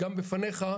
גם בפניך,